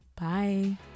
Bye